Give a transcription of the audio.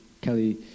Kelly